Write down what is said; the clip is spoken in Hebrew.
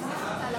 התשפ"ג 2023,